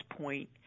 point